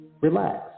relax